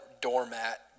doormat